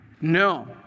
No